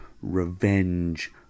revenge